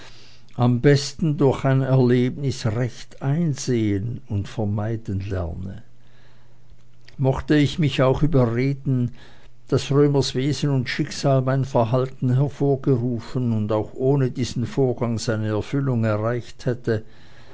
am besten durch ein erlebnis recht einsehen und vermeiden lerne mochte ich mich auch überreden daß römers wesen und schicksal mein verhalten hervorgerufen und auch ohne diesen vorgang seine erfüllung erreicht hätte